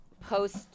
post